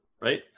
right